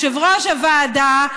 יושב-ראש הוועדה,